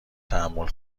تحمل